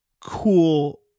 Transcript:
cool